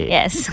Yes